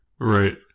right